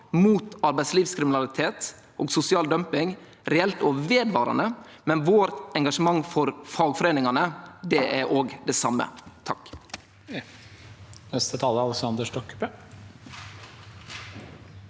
mot arbeidslivskriminalitet og sosial dumping reelt og vedvarande, men vårt engasjement for fagforeiningane er òg det same.